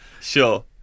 Sure